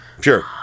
Sure